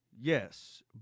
Yes